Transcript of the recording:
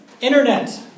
internet